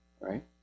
Right